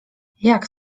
jak